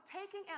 taking